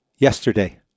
yesterday